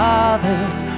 Father's